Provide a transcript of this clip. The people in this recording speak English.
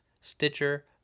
Stitcher